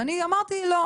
ואמרתי: לא,